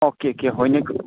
okay ꯀꯦ ꯍꯣꯏꯅꯦ